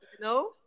No